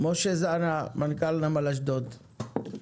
משה זנה, מנכ"ל נמל אשדוד, בבקשה.